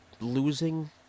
losing